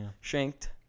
Shanked